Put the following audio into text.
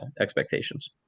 expectations